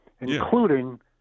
including –